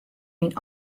myn